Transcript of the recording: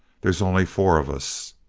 they's only four of us.